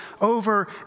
over